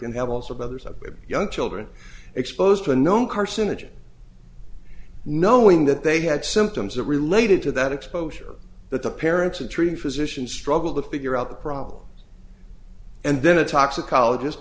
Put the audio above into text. and have also brothers of young children exposed to a known carcinogen knowing that they had symptoms that related to that exposure that the parents and treating physicians struggled to figure out the problem and then a toxicolog